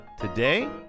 Today